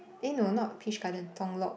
eh no not Peach Garden Tong-Lok